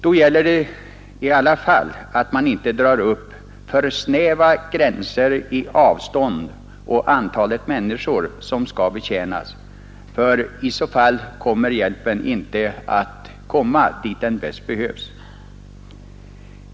Men det gäller att inte dra upp för snäva gränser i fråga om avstånd och antal människor som skall betjänas, eftersom hjälpen kanske då inte kommer dit där den bäst behövs.